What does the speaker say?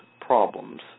problems